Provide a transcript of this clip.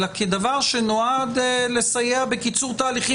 אלא כדבר שנועד לסייע בקיצור תהליכים